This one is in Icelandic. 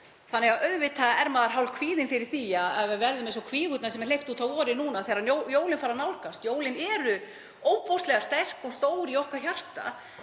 tíma. Auðvitað er maður hálfkvíðinn fyrir því að við verðum eins og kvígurnar sem hleypt er út á vorin núna þegar jólin fara að nálgast. Jólin eru ofboðslega sterk og stór í hjarta